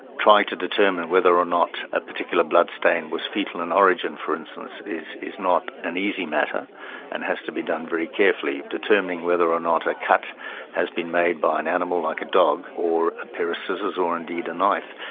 trying to determine whether or not a particular bloodstain was foetal in origin, for instance, is is not an easy matter and has to be done very carefully, determining whether or not a cut has been made by an animal, like a dog, or a pair of scissors, or indeed a knife,